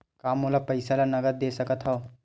का मोला पईसा ला नगद दे सकत हव?